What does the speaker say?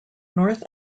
north